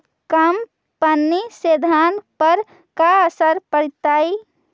कम पनी से धान पर का असर पड़तायी?